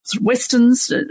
Westerns